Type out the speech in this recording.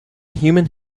human